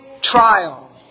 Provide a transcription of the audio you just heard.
trial